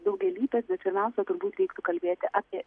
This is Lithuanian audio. daugialypės bet pirmiausia turbūt reiktų kalbėti apie